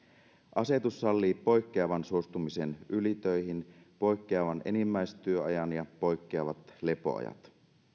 asetus sallii poikkeavan suostumisen ylitöihin poikkeavan enimmäistyöajan ja poikkeavat lepoajat